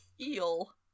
Eel